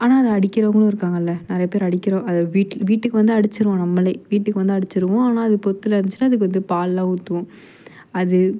ஆனால் அதை அடிக்கிறவங்களும் இருக்காங்கள்ல நிறைய பேர் அடிக்கிறோம் அது வீட்டில வீட்டுக்கு வந்தால் அடிச்சிடுவோம் நம்மளே வீட்டுக்கு வந்தால் அடிச்சிடுவோம் ஆனால் அது புத்தில் இருந்துச்சின்னா அதுக்கு வந்து பால்லெலாம் ஊற்றுவோம் அது